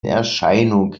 erscheinung